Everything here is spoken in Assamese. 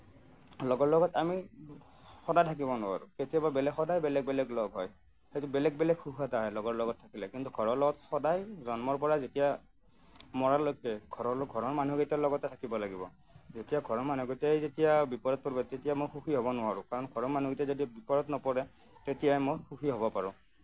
লগৰ লগত আমি সদায় থাকিব নোৱাৰোঁ কেতিয়াবা সদায় বেলেগ বেলেগ লগ হয় সেইটো বেলেগ এটা সুখ আহে লগৰ লগত থাকিলে কিন্তু ঘৰৰ লগত সদায় জন্মৰ পৰা যেতিয়া মৰালৈকে ঘৰৰ মানুহকেইটাৰ লগতে থাকিব লাগিব এতিয়া ঘৰৰ মানুহকেইটাই যেতিয়া বিপদত পৰিব তেতিয়া মই সুখী হ'ব নোৱাৰোঁ কাৰণ ঘৰৰ মানুহকেইটা যদি বিপদত নপৰে তেতিয়া মই সুখী হ'ব পাৰোঁ